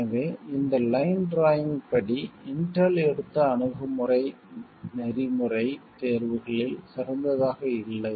எனவே இந்த line drawing படி இன்டெல் எடுத்த அணுகுமுறை நெறிமுறை எதிக்ஸ் தேர்வுகளில் சிறந்ததாக இல்லை